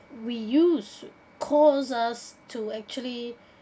we used caused us to actually